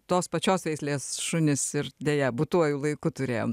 tos pačios veislės šunis ir deja būtuoju laiku turėjom